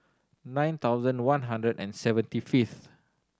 nine thousand one hundred and seventy fifth